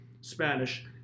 Spanish